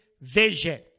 vision